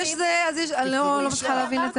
אני לא מצליחה להבין.